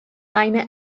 eine